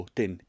den